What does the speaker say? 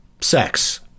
sex